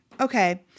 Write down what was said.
okay